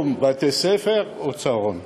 או בתי-ספר או צהרונים.